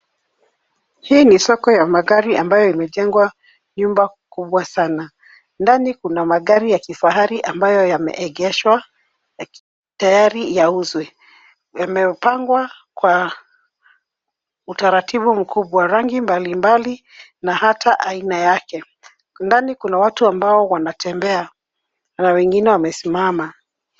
Hii ni soko ya magari ambapo imejengwa nyumba kubwa sana. Ndani kuna magari ya kifahari ambayo yameegeshwa tayari yauzwe. Yamepangwa kwa utaratibu mkubwa, rangi mbali mbali na hata aina yake. Ndani kuna watu ambao wanatembea na wengine wamesimama.